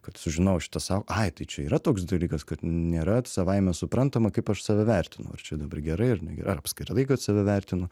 kad sužinojau šitą sau ai tai čia yra toks dalykas kad nėra savaime suprantama kaip aš save vertinu ar čia dabar gerai ar negerai ar apskritai kad save vertinu